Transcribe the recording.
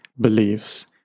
beliefs